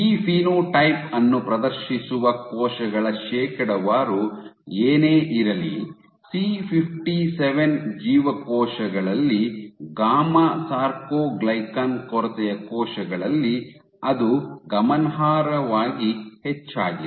ಈ ಫಿನೋಟೈಪ್ ಅನ್ನು ಪ್ರದರ್ಶಿಸುವ ಕೋಶಗಳ ಶೇಕಡಾವಾರು ಏನೇ ಇರಲಿ C57 ಜೀವಕೋಶಗಳಲ್ಲಿ ಗಾಮಾ ಸಾರ್ಕೊಗ್ಲಿಕನ್ ಕೊರತೆಯ ಕೋಶಗಳಲ್ಲಿ ಅದು ಗಮನಾರ್ಹವಾಗಿ ಹೆಚ್ಚಾಗಿದೆ